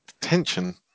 tension